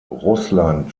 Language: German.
russland